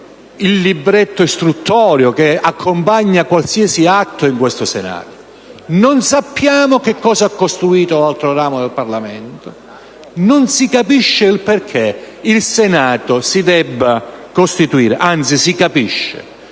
la scheda istruttoria che accompagna qualsiasi atto in questo Senato. Non sappiamo che cosa ha costruito l'altro ramo del Parlamento. Non si capisce perché il Senato si debba costituire, anzi si capisce: